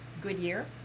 Goodyear